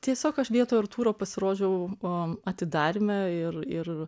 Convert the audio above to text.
tiesiog aš vietoj artūro pasirodžiau o atidaryme ir ir